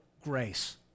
grace